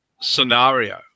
scenario